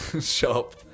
shop